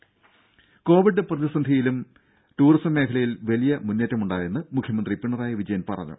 രുമ കൊവിഡ് പ്രതിസന്ധിഘട്ടത്തിലും ടൂറിസം മേഖലയിൽ വലിയ മുന്നേറ്റമുണ്ടായെന്ന് മുഖ്യമന്ത്രി പിണറായി വിജയൻ പറഞ്ഞു